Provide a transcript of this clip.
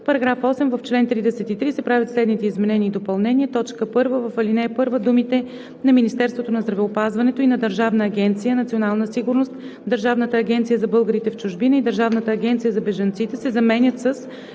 § 8: „§ 8. В чл. 33 се правят следните изменения и допълнения: 1. В ал. 1 думите „на Министерството на здравеопазването и на Държавна агенция „Национална сигурност“, Държавната агенция за българите в чужбина и Държавната агенция за бежанците“ се заменят с